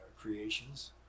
creations